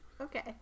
Okay